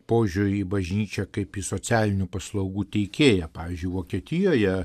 požiūrį į bažnyčią kaip į socialinių paslaugų teikėją pavyzdžiui vokietijoje